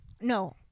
No